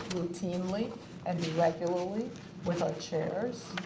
routinely and regularly with our chairs.